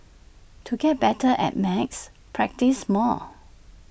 to get better at maths practise more